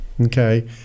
okay